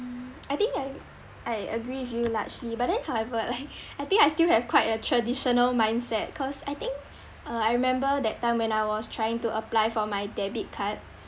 mm I think I I agree with you largely but then however like I think I still have quite a traditional mindset cause I think uh I remember that time when I was trying to apply for my debit card